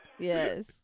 Yes